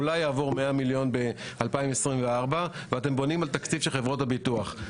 אולי יעבור 100 מיליון ב-2024 ואתם בונים על תקציב של חברות הביטוח.